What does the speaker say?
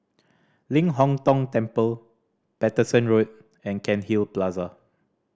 Ling Hong Tong Temple Paterson Road and Cairnhill Plaza